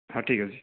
ହଁ ଠିକ ଅଛି